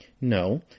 No